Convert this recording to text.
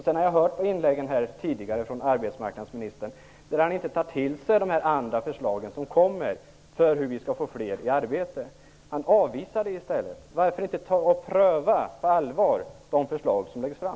Jag har också på arbetsmarknadsministerns tidigare inlägg att han inte tar till sig de andra förslag som kommer på hur vi skall få fler i arbete. Han avvisar dem i stället. Varför inte på allvar pröva de förslag som läggs fram?